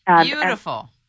Beautiful